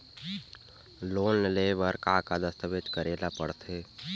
Loan ले बर का का दस्तावेज करेला पड़थे?